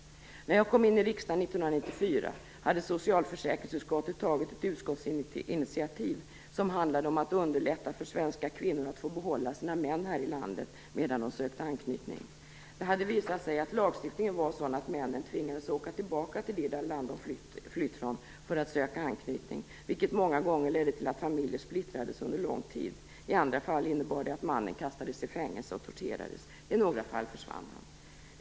När jag kom in i riskdagen 1994 hade socialförsäkringsutskottet tagit ett utskottsinitiativ som handlade om att underlätta för svenska kvinnor att få behålla sina män här i landet medan de sökte anknytning. Det hade visat sig att lagstiftningen var sådan att männen tvingades åka tillbaka till det land som de hade flytt från för att söka anknytning, vilket många gånger ledde till att familjer splittrades under lång tid. I andra fall innebar det att mannen kastades i fängelse och torterades, i några fall försvann han.